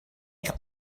eich